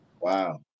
Wow